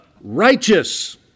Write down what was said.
righteous